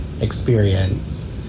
experience